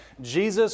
Jesus